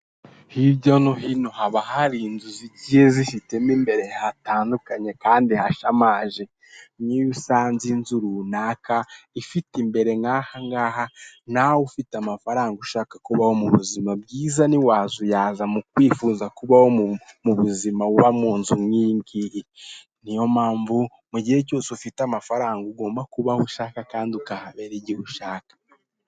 Hirya no hino haba hari inzu zigiye zifite imbere n'inyuma hatandukanye kandi hatangaje! Nk'iyo usanze inzu imeze itya kandi ufite amafaranga, ntiwazuyaza kuyigura kugira ngo ube ahantu heza.